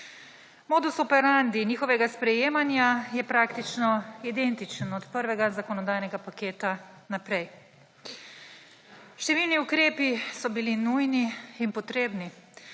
Modus operandi njihovega sprejemanja je praktično identičen od prvega zakonodajnega paketa naprej. Številni ukrepi so bili nujni in potrebni,